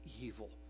evil